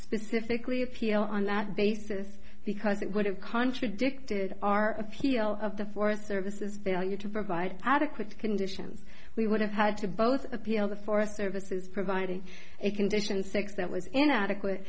specifically appeal on that basis because it would have contradicted our appeal of the forest service is there you to provide adequate conditions we would have had to both appeal the forest services provided a condition six that was inadequate